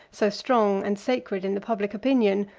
so strong and sacred in the public opinion,